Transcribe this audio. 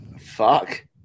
Fuck